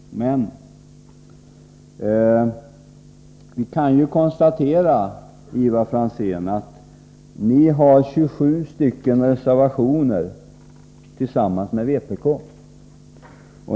Men vi kan konstatera, Ivar Franzén, att ni har 27 reservationer tillsammans med vpk.